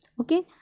Okay